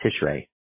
Tishrei